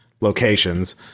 locations